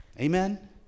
Amen